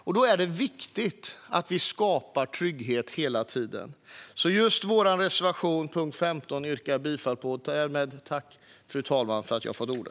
Därför är det viktigt att vi hela tiden skapar trygghet. Jag yrkar bifall till reservation nr 15.